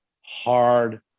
hard